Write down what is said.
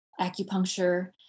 Acupuncture